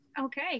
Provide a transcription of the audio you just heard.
Okay